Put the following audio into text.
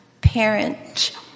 parent